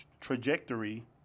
trajectory